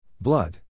Blood